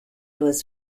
was